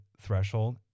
threshold